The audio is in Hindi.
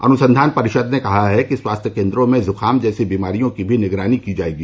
अनुसंधान परिषद ने कहा है कि स्वास्थ्य केन्द्रों में जुखाम जैसी बीमारियों की भी निगरानी की जाएगी